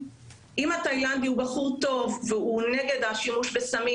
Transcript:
ואם התאילנדי בחור טוב והוא נגד השימוש בסמים,